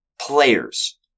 Players